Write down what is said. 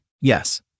Yes